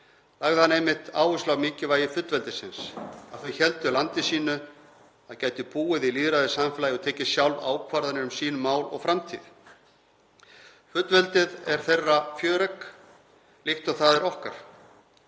lagði hann einmitt áherslu á mikilvægi fullveldisins; að þau héldu landi sínu, að þau gætu búið í lýðræðissamfélagi og tekið sjálf ákvarðanir um sín mál og framtíð. Fullveldið er þeirra fjöregg líkt og það er okkar.